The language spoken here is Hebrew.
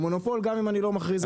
הוא מונופול גם אם אני לא מכריז עליו.